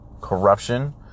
corruption